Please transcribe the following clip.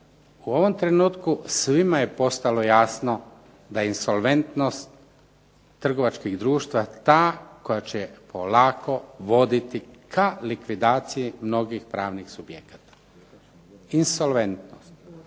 U ovom trenutku svima je postalo jasno da insolventnost trgovačkih društava ta koja će polako voditi ka likvidaciji mnogih pravnih subjekata, insolventnost.